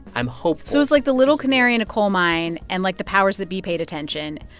i'm hopeful so it's like the little canary in a coal mine and, like, the powers that be paid attention.